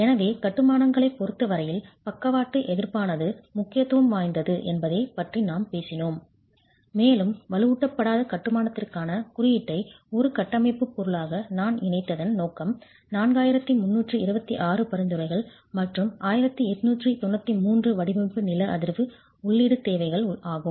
எனவே கட்டுமானங்களைப் பொறுத்த வரையில் பக்கவாட்டு எதிர்ப்பானது முக்கியத்துவம் வாய்ந்தது என்பதைப் பற்றி நாம் பேசினோம் மேலும் வலுவூட்டப்படாத கட்டுமானதிற்கான குறியீட்டை ஒரு கட்டமைப்புப் பொருளாக நான் இணைத்ததன் நோக்கம் 4326 பரிந்துரைகள் மற்றும் 1893 வடிவமைப்பு நில அதிர்வு உள்ளீடு தேவைகள் ஆகும்